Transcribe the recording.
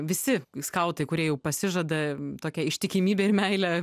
visi skautai kurie jau pasižada tokią ištikimybę ir meilę